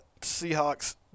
Seahawks